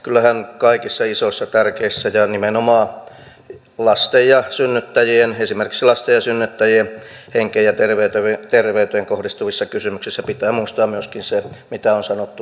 kyllähän kaikissa isoissa tärkeissä ja esimerkiksi lasten ja synnyttäjien henkeen ja terveyteen kohdistuvissa kysymyksissä pitää muistaa myöskin se mitä on sanottu ennen vaaleja